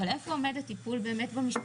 אבל איפה עומד הטיפול במשפחות?